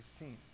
16